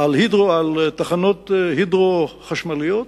על תחנות הידרו-חשמליות,